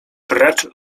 precz